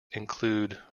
include